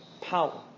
power